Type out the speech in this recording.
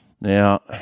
Now